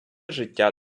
життя